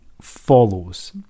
follows